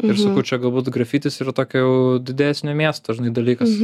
ir sakau čia galbūt grafitis yra tokių didesnio miesto žinai dalykas